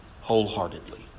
wholeheartedly